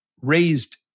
raised